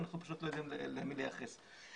אנחנו לא יודעים למי לייחס את זה.